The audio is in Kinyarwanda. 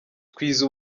twize